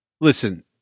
listen